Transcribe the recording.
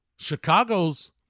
Chicago's